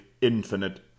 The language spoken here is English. infinite